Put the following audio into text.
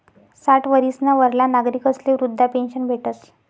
साठ वरीसना वरला नागरिकस्ले वृदधा पेन्शन भेटस